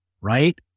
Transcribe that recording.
Right